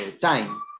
time